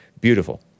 Beautiful